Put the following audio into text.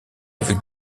avec